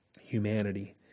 humanity